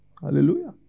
Hallelujah